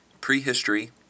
Prehistory